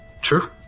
True